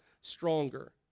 stronger